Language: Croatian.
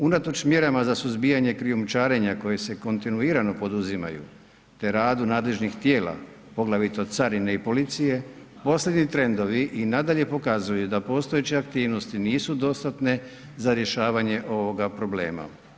Unatoč mjerama za suzbijanje krijumčarenja koje se kontinuirano poduzimaju te radu nadležnih tijela, poglavito carine i policije, posljednji trendovi i nadalje pokazuju da postojeće aktivnosti nisu dostatne za rješavanje ovoga problema.